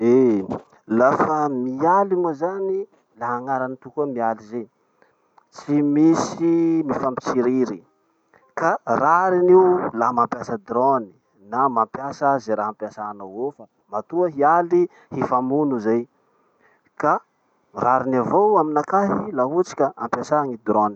Eh! Lafa mialy moa zany, la agnarany tokoa mialy zay. Tsy misy mifampitsiriry, ka rariny io laha mampiasa drones na mampiasa ze raha ampiasainao eo fa matoa hialy, hifamono zay. Ka rariny avao aminakahy la ohatsy ka ampiasà ny drones.